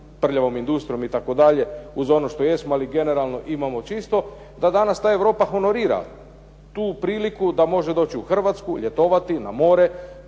prljavom industrijom itd. uz ono što jesmo, ali generalno imamo čisto da danas ta Europa honorira tu priliku da može doći u Hrvatsku ljetovati na more,